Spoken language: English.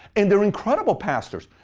and they're incredible pastors.